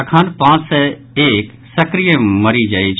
अखन पांच सय एक सक्रिय मरीज अछि